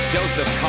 Joseph